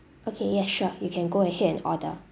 okay yes sure you can go ahead and order